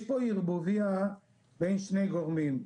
יש פה ערבוביה בין שני גורמים,